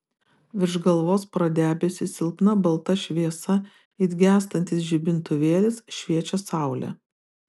virš galvos pro debesis silpna balta šviesa it gęstantis žibintuvėlis šviečia saulė